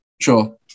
Sure